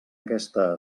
aquesta